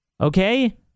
Okay